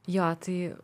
jo tai